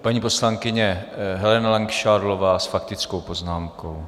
Paní poslankyně Helena Langšádlová s faktickou poznámkou.